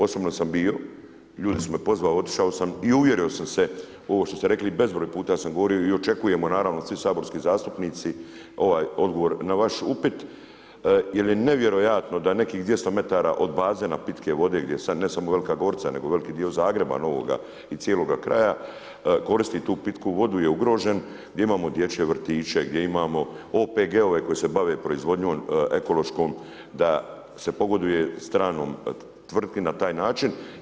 Osobno sam bio, ljudi su me pozvali, otišao sam i uvjerio sam se u ovo što ste rekli i bezbroj puta sam govorio i očekujemo naravno svi saborski zastupnici ovaj odgovor na vaš upit jer je nevjerojatno da nekih 200m od bazena pitke vode gdje se ne samo Velika Gorica nego veliki dio Novoga Zagreba i cijelog kraja koristi tu pitku vodu je ugrožen, gdje imamo dječje vrtiće, gdje imamo OPG-ove koji se bave proizvodnjom ekološkom da se pogoduje stranoj tvrtki na taj način.